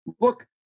Look